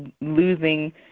losing